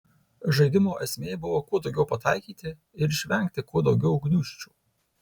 žaidimo esmė buvo kuo daugiau pataikyti ir išvengti kuo daugiau gniūžčių